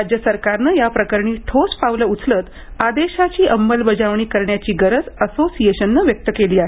राज्य सरकारनं याप्रकरणी ठोस पावलं उचलत आदेशाची अंमलबजावणी करण्याची गरज असोसिएशनने व्यक्त केली आहे